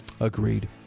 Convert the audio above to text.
Agreed